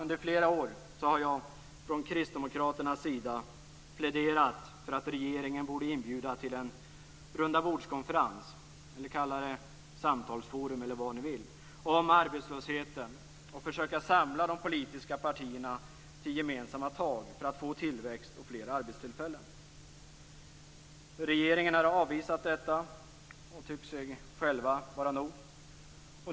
Under flera år har jag från kristdemokraternas sida pläderat för att regeringen borde inbjuda till en runda-bords-konferens - kalla det samtalsforum eller vad ni vill - om arbetslösheten och försöka samla de politiska partierna till gemensamma tag för att få tillväxt och fler arbetstillfällen. Regeringen har avvisat detta och tyckt sig själv vara nog.